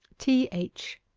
t h.